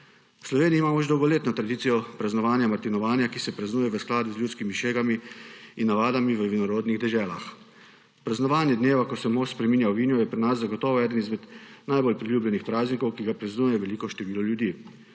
V Sloveniji imamo že dolgoletno tradicijo praznovanja martinovanja, ki se praznuje v skladu z ljudskimi šegami in navadami v vinorodnih deželah. Praznovanje dneva, ko se mošt spreminja v vino, je pri nas zagotovo eden izmed najbolj priljubljenih praznikov, ki ga praznuje veliko število ljudi.